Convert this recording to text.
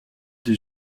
des